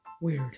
weird